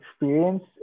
experience